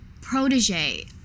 protege